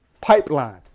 pipeline